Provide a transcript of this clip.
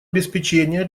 обеспечение